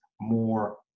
more